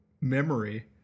Memory